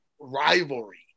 rivalry